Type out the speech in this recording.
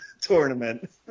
tournament